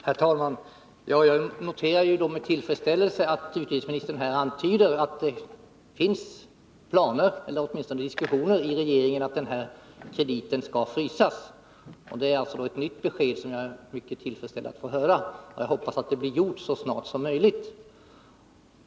Herr talman! Jag noterar med tillfredsställelse att utrikesministern här antyder att det i regeringen finns planer på eller åtminstone diskussioner om att den här krediten skall frysas. Det är ett nytt besked, som jag är mycket tillfredsställd att få. Jag hoppas att detta blir gjort så snart som möjligt.